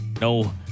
No